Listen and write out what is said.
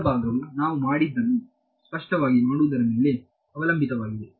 ಉಳಿದವು ಭಾಗವು ನಾವು ಮಾಡಿದ್ದನ್ನು ಸ್ಪಷ್ಟವಾಗಿ ಮಾಡುವುದರ ಮೇಲೆ ಅವಲಂಬಿತವಾಗಿರುತ್ತದೆ